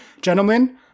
Gentlemen